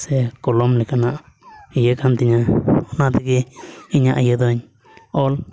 ᱥᱮ ᱠᱚᱞᱚᱢ ᱞᱮᱠᱟᱱᱟᱜ ᱤᱭᱟᱹ ᱠᱟᱱ ᱛᱤᱧᱟᱹ ᱚᱱᱟ ᱛᱮᱜᱮ ᱤᱧᱟᱹᱜ ᱤᱭᱟᱹ ᱫᱚᱧ ᱚᱞ